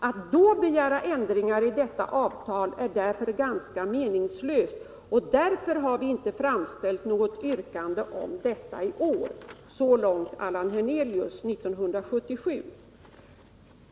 Att då begära ändringar i detta avtal är därför ganska meningslöst, och därför har vi inte framställt något yrkande om detta i år.” Så långt Allan Hernelius 1977.